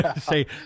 say